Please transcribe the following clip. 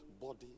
body